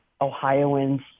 Ohioans